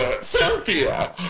Cynthia